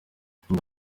yagize